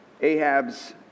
Ahab's